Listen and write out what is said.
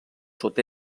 sud